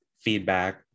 feedback